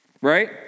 right